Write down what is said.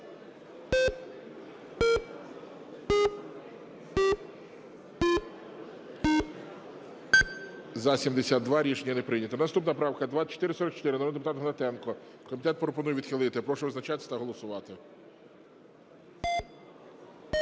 За-72 Рішення не прийнято. Наступна правка – 2444, народний депутат Гнатенко. Комітет пропонує відхилити. Прошу визначатись та голосувати.